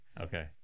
Okay